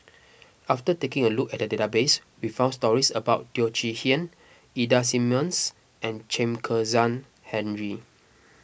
after taking a look at the database we found stories about Teo Chee Hean Ida Simmons and Chen Kezhan Henri